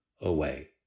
away